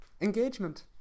Engagement